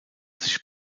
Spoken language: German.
sich